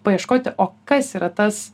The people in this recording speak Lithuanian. paieškoti o kas yra tas